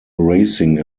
racing